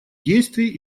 действий